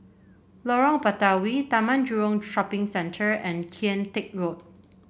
Lorong Batawi Taman Jurong Shopping Centre and Kian Teck Road